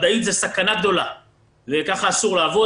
מדעית זה סכנה גדולה וכך אסור לעבוד.